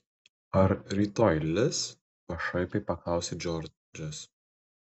ar rytoj lis pašaipiai paklausė džordžas